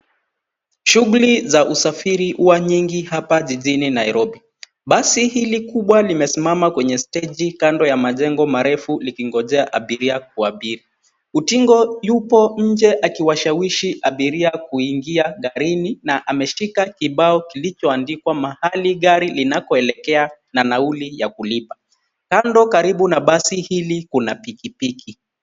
Shughuli za usafiri hua nyingi apa jijini Nairobi. Basi hili kubwa limesimama kwenye steji kando ya majengo marefu likigonjea abiria kuabiri. Utingo yupo nje akiwashawishi abiria kuingia garini na ameshika kibao kilichoandikwa mahali gari linakoelekea na nauli ya kulipa. Kando karibu na basi hili kuna pikipiki.